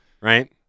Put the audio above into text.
right